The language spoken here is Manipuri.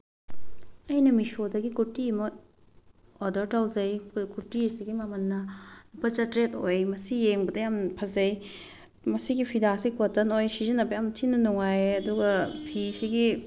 ꯑꯩꯅ ꯃꯤꯁꯣꯗꯒꯤ ꯀꯨꯔꯇꯤ ꯑꯃ ꯑꯣꯗꯔ ꯇꯧꯖꯩ ꯀꯨꯔꯇꯤ ꯑꯁꯤꯒꯤ ꯃꯃꯜꯅ ꯂꯨꯄꯥ ꯆꯥꯇ꯭ꯔꯦꯠ ꯑꯣꯏ ꯃꯁꯤ ꯌꯦꯡꯕꯗ ꯌꯥꯝ ꯐꯖꯩ ꯃꯁꯤꯒꯤ ꯐꯤꯗꯥꯁꯤ ꯀꯣꯇꯟ ꯑꯣꯏ ꯁꯤꯖꯤꯟꯅꯕ ꯌꯥꯝ ꯊꯤꯅ ꯅꯨꯡꯉꯥꯏꯌꯦ ꯑꯗꯨꯒ ꯐꯤꯁꯤꯒꯤ